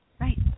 Right